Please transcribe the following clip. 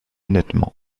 nettement